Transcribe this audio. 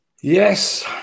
Yes